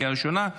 לקריאה ראשונה.